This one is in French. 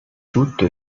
toute